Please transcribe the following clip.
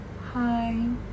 Hi